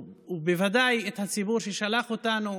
ובוודאי את הציבור ששלח אותנו